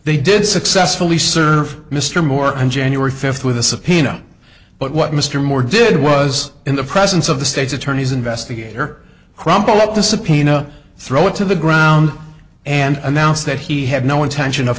they did successfully serve mr moore on january fifth with a subpoena but what mr moore did was in the presence of the state's attorney's investigator crumple up the subpoena throw it to the ground and announce that he had no intention of